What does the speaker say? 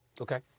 Okay